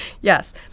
Yes